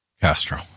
Castro